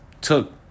took –